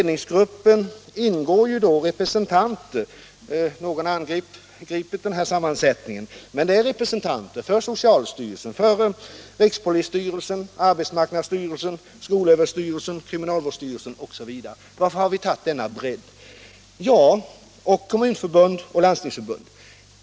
Någon har angripit ledningsgruppens sammansättning. Där ingår representanter för socialstyrelsen, rikspolisstyrelsen, arbetsmarknadsstyrelsen, skolöverstyrelsen, kriminalvårdsstyrelsen, Kommunförbundet och Landstingsförbundet. Varför har vi tagit denna bredd?